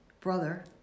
brother